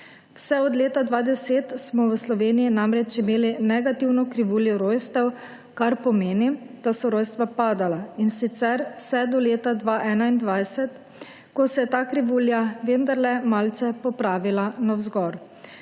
Vse od leta 2010 smo v Sloveniji namreč imeli negativno krivuljo rojstev, kar pomeni, da so rojstva padala, in sicer vse do leta 2021, ko se je ta krivulja vendarle malce popravila navzgor.